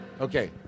Okay